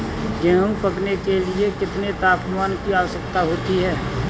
गेहूँ पकने के लिए कितने तापमान की आवश्यकता होती है?